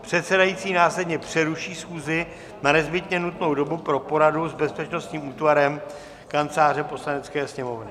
Předsedající následně přeruší schůzi na nezbytně nutnou dobu pro poradu s bezpečnostním útvarem Kanceláře Poslanecké sněmovny.